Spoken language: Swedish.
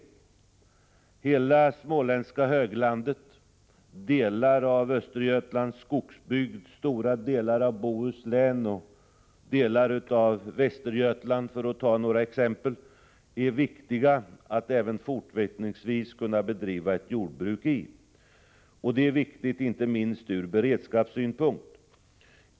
Det är viktigt att man även fortsättningsvis kan bedriva jordbruk i hela det småländska höglandet, i delar av Östergötlands skogsbygd, i stora delar av Bohuslän och i delar av Västergötland, för att ta några exempel. Detta är viktigt inte minst ur beredskapssynpunkt.